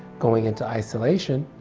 going into isolation,